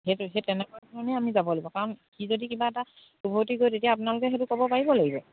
সেইটোৱেই সেই তেনেকুৱা ধৰণে আমি যাব লাগিব কাৰণ সি যদি কিবা এটা তেতিয়া আপোনালোকে সেইটো ক'ব পাৰিব লাগিব